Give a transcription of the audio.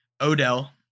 Odell